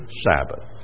Sabbath